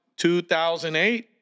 2008